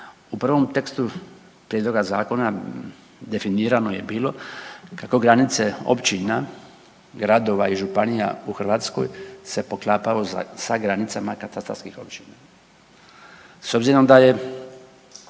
U prvom tekstu prijedloga zakona definirano je bilo kako granice općina, gradova i županija u Hrvatskoj se poklapaju sa granicama katastarskih općina.